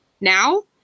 now